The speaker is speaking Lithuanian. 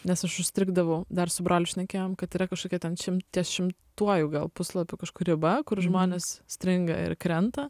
nes aš užstrigdavau dar su broliu šnekėjom kad yra kažkokia ten šim ties šimtuoju gal puslapiu kažkur riba kur žmonės stringa ir krenta